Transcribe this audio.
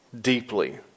Deeply